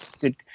good